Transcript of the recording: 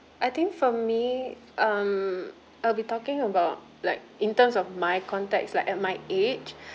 I think for me um I'll be talking about like in terms of my context like at my age